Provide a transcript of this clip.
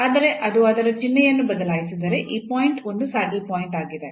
ಆದರೆ ಅದು ಅದರ ಚಿಹ್ನೆಯನ್ನು ಬದಲಾಯಿಸಿದರೆ ಆ ಪಾಯಿಂಟ್ ಒಂದು ಸ್ಯಾಡಲ್ ಪಾಯಿಂಟ್ ಆಗಿದೆ